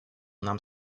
нам